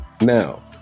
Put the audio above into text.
Now